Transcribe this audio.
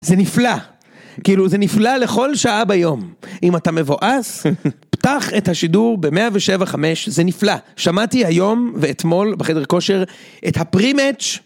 זה נפלא, כאילו זה נפלא לכל שעה ביום. אם אתה מבואס, פתח את השידור ב-107.5, זה נפלא. שמעתי היום ואתמול בחדר כושר את הפרי-מאץ'.